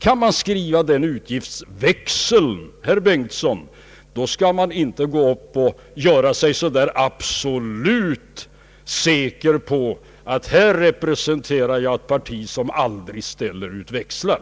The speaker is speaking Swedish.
Kan man skriva på den utgiftsväxeln, herr Bengtson, då skall man inte gå upp i talarstolen och förklara sig så där absolut säker på att man representerar ett parti som aldrig ställer ut växlar.